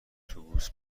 اتوبوس